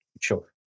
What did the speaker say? Sure